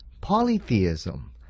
polytheism